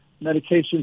medication